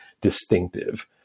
distinctive